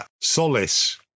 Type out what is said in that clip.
solace